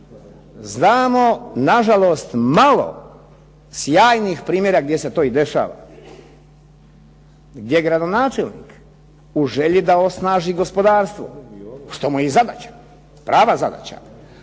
Znamo nažalost malo sjajnih primjera gdje se to i dešava, gdje gradonačelnik u želji da osnaži gospodarstvo što mu je i zadaća, prava zadaća